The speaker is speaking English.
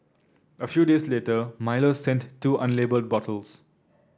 a few days later Milo sent two unlabelled bottles